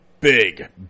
big